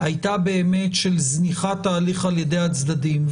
הייתה זניחת ההליך על ידי הצדדים.